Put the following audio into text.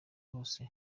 bose